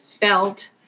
felt